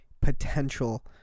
potential